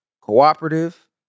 cooperative